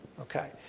Okay